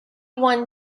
won